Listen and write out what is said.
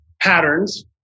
patterns